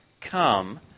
come